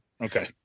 Okay